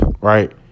Right